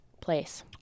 place